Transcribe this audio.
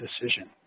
decision